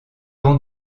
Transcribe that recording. ans